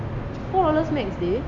four dollars max டி:di